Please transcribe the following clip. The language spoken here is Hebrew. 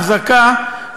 החזקה,